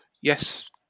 Yes